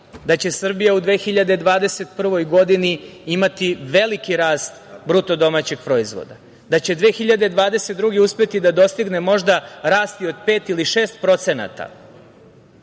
da će Srbija u 2021. godini, imati veliki rast bruto domaćeg proizvoda, da će 2022. godine uspeti da dostigne možda rast i od 5% ili 6%.To jasno